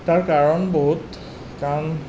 তাৰ কাৰণ বহুত কাৰণ